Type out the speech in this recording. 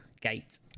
gate